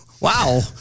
Wow